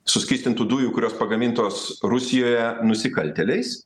suskystintų dujų kurios pagamintos rusijoje nusikaltėliais